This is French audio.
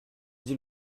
dit